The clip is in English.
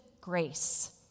Grace